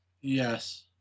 Yes